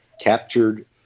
captured